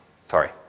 Sorry